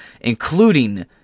including